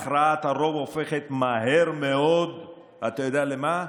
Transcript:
הכרעת הרוב הופכת מהר מאוד אתה יודע למה?